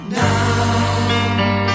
now